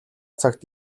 цагт